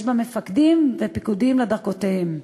יש בה מפקדים ופקודים לדרגותיהם,